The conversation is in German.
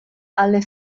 alle